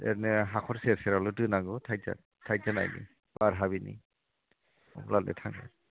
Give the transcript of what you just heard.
ओरैनो हाख'र सेर सेरावल' दोनांगौ टाइड टाइड जानायनि बार हाबैनि अब्लानो थाङो